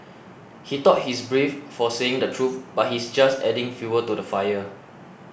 he thought he's brave for saying the truth but he's just adding fuel to the fire